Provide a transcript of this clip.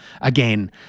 again